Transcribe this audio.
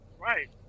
Right